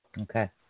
Okay